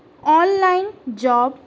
online job